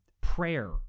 prayer